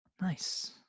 Nice